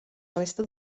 resta